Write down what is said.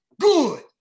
Good